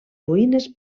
ruïnes